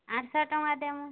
ଆଠଶହ ଟଙ୍କା ଦେମୁ